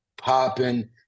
popping